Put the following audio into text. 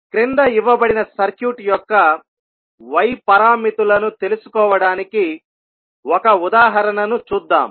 క్రింద ఇవ్వబడిన సర్క్యూట్ యొక్క y పారామితులను తెలుసుకోవడానికి ఒక ఉదాహరణను చూద్దాం